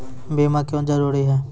बीमा क्यों जरूरी हैं?